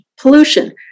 pollution